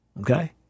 Okay